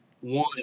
One